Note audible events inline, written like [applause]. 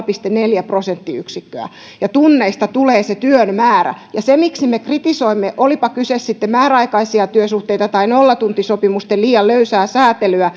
[unintelligible] pilkku neljä prosenttiyksikköä ja tunneista tulee se työn määrä syy siihen miksi me kritisoimme olipa kyse sitten määräaikaisista työsuhteista tai nollatuntisopimusten liian löysästä